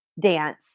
dance